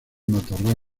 matorral